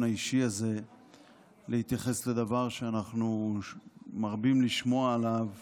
האישי הזה להתייחס לדבר שאנחנו מרבים לשמוע עליו